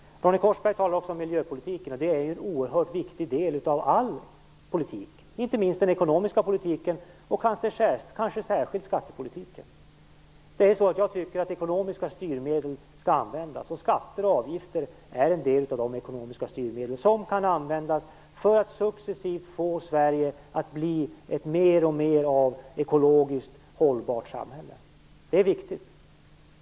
Ronny Korsberg talade också om miljöpolitiken. Den är en oerhört viktig del av all politik - inte minst den ekonomiska politiken och kanske särskilt skattepolitiken. Jag tycker att ekonomiska styrmedel skall användas, och skatter och avgifter är en del av de ekonomiska styrmedel som kan användas för att successivt få Sverige att bli mer och mer av ett ekologiskt hållbart samhälle. Det är viktigt.